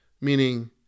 meaning